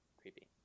Creepy